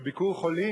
ש"ביקור חולים",